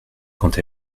quant